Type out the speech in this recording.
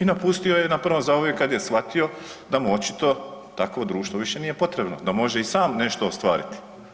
i napustio je na prvom zavoju kad je shvatio da mu očito takvo društvo više nije potrebno, da može i sam nešto ostvariti.